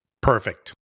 Perfect